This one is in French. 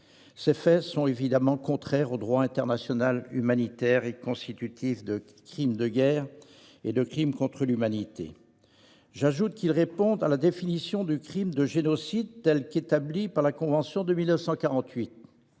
Ces faits, évidemment contraires au droit international humanitaire, sont constitutifs de crimes de guerre et de crimes contre l'humanité. J'ajoute qu'ils répondent à la définition du crime de génocide telle qu'elle a été établie par la Convention de 1948,